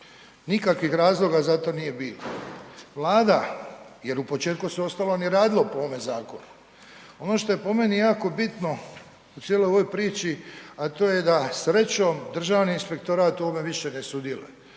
Nikakvih razloga za to nije bilo. Vlada jer u početku se u ostalom … radilo po ovome zakonu. Ono što je po meni jako bitno u cijeloj ovoj priči, a to je da srećom Državni inspektorat u ovome više ne sudjeluje.